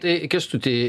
tai kęstuti